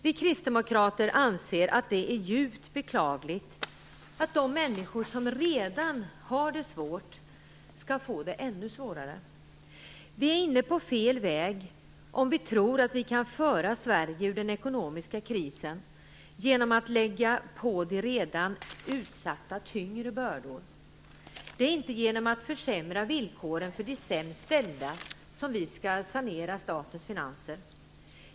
Vi kristdemokrater anser att det är djupt beklagligt att de människor som redan har det svårt skall få det ännu svårare. Vi är inne på fel väg om vi tror att vi kan föra Sverige ur den ekonomiska krisen genom att lägga tyngre bördor på de redan utsatta. Det är inte genom att försämra villkoren för de sämst ställda som vi skall sanera statens finanser.